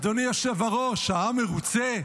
אדוני היושב-ראש, העם מרוצה?